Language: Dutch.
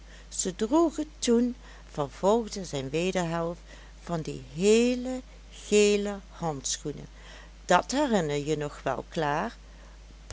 ze droegen toen vervolgde zijn wederhelft van die heele gele handschoenen dat herinnerje je nog wel klaar